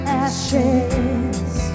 ashes